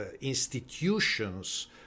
institutions